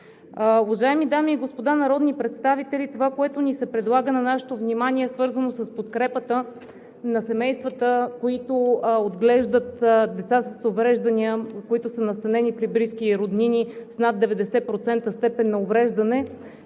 Уважаеми дами и господа народни представители, това, което ни се предлага на нашето внимание, свързано с подкрепата на семействата, които отглеждат деца с увреждания и които са настанени при близки и роднини с над 90% степен на увреждане,